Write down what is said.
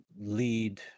lead